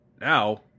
now